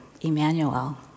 Emmanuel